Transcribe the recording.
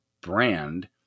brand